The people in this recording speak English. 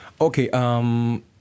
Okay